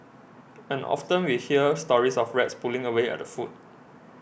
and often we hear stories of rats pulling away at the food